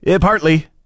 Partly